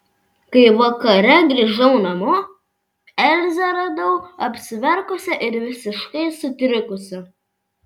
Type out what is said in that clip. kai vakare grįžau namo elzę radau apsiverkusią ir visiškai sutrikusią